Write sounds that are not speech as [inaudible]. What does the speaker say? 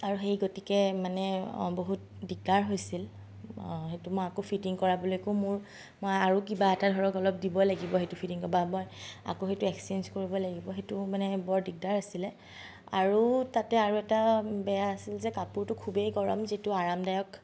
আৰু সেই গতিকে মানে অঁ বহুত দিকদাৰ হৈছিল সেইটো মই আকৌ ফিটিং কৰাবলৈকো মোৰ মই আৰু কিবা এটা ধৰক অলপ দিব লাগিব সেইটো ফিটিং [unintelligible] মই আকৌ সেইটো এক্সেঞ্জ কৰিব লাগিব সেইটো মানে বৰ দিকদাৰ আছিলে আৰু তাতে আৰু এটা বেয়া আছিল যে কাপোৰটো খুবেই গৰম যিটো আৰামদায়ক